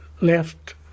left